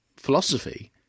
philosophy